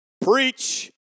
Preach